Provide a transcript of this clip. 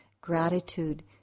gratitude